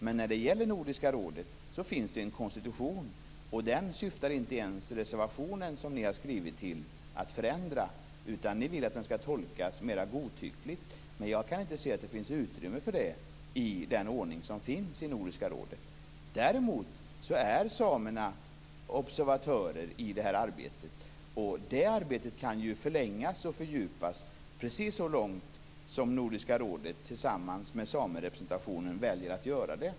Men när det gäller Nordiska rådet finns det en konstitution. Den reservation ni har skrivit syftar inte ens till att förändra denna, utan ni vill att den skall tolkas mera godtyckligt. Jag kan dock inte se att det finns utrymme för det i den ordning som finns i Nordiska rådet. Däremot är samerna observatörer i detta arbete, och det arbetet kan förlängas och fördjupas precis så långt som Nordiska rådet tillsammans med samerepresentationen väljer att göra.